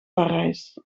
parijs